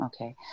Okay